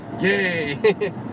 yay